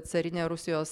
carinė rusijos